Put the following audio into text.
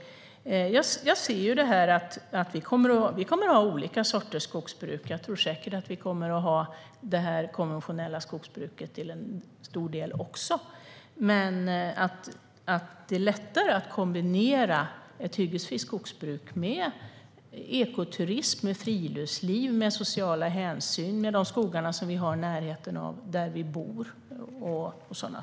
Jag ser att vi kommer att ha olika sorters skogsbruk, och jag tror säkert även att vi till stor del kommer att ha det konventionella skogsbruket. Det är dock lättare att kombinera ett hyggesfritt skogsbruk med ekoturism, friluftsliv och sociala hänsyn när det gäller de skogar som finns i närheten av där vi bor och sådant.